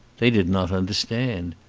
they did not understand.